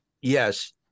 Yes